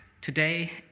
today